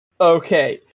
Okay